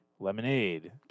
Lemonade